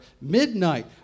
midnight